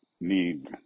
need